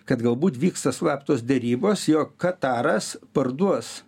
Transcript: kad galbūt vyksta slaptos derybos jog kataras parduos